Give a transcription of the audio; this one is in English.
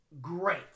Great